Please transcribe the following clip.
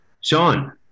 Sean